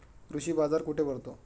कृषी बाजार कुठे भरतो?